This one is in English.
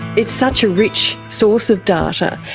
it's such a rich source of data,